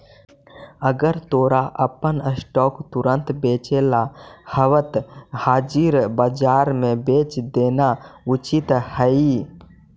अगर तोरा अपन स्टॉक्स तुरंत बेचेला हवऽ त हाजिर बाजार में बेच देना उचित हइ